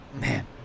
Man